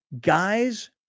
guys